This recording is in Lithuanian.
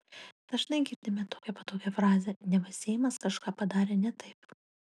dažnai girdime tokią patogią frazę neva seimas kažką padarė ne taip